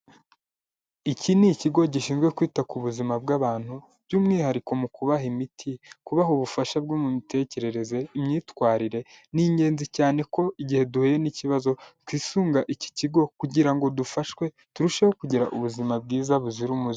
Iki ni ikigo gishinzwe kwita ku buzima bw'abantu by'umwihariko mu kubaha imiti, kubaha ubufasha bwo mu mitekerereze, imyitwarire, ni ingenzi cyane ko igihe duhuye n'ikibazo twisunga iki kigo kugira ngo dufashwe turusheho kugira ubuzima bwiza buzira umuze.